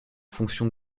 fonction